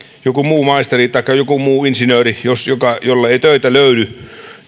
joku muu maisteri taikka joku muu insinööri jolle ei töitä löydy